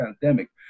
pandemic